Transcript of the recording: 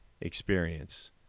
experience